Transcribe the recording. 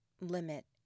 limit